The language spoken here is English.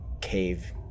cave